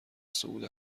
صعود